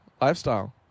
lifestyle